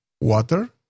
water